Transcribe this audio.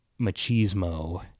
machismo